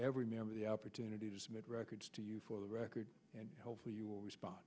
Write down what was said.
every member the opportunity to submit records to you for the record and hopefully you will respond